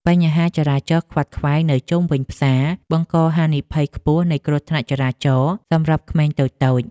បញ្ហាចរាចរណ៍ខ្វាត់ខ្វែងនៅជុំវិញផ្សារបង្កហានិភ័យខ្ពស់នៃគ្រោះថ្នាក់ចរាចរណ៍សម្រាប់ក្មេងតូចៗ។